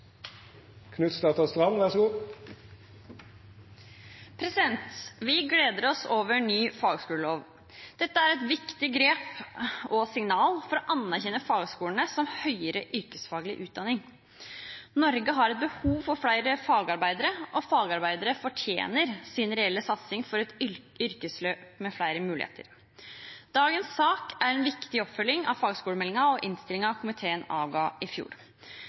et viktig grep og et signal for å anerkjenne fagskolene som høyere yrkesfaglig utdanning. Norge har et behov for flere fagarbeidere, og fagarbeidere fortjener en reell satsing på et yrkesløp med flere muligheter. Dagens sak er en viktig oppfølging av fagskolemeldingen og innstillingen komiteen avga i fjor.